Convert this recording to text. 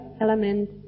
element